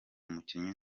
umukinnyi